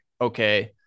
okay